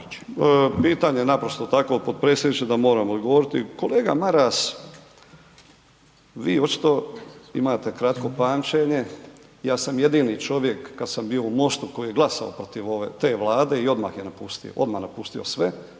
Pitanje je naprosto takvo, potpredsjedniče, da moram odgovoriti. Kolega Maras, vi očito imate kratko pamćenje. Ja sam jedini čovjek kad sam bio u MOST-u koji je glasao protiv ove, te Vlade i odmah je napustio.